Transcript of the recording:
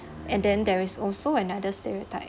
and then there is also another stereotype